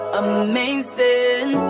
amazing